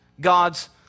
God's